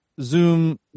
zoom